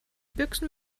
büchsen